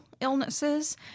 illnesses